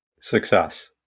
success